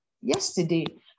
yesterday